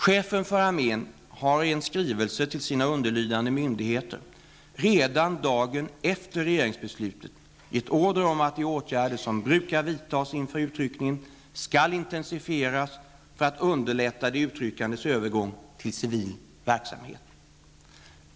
Chefen för armén har i en skrivelse till sina underlydande myndigheter redan dagen efter regeringsbeslutet gett order om att de åtgärder som brukar vidtas inför utryckningen skall intensifieras för att underlätta de utryckandes övergång till civil verksamhet.